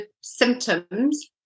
symptoms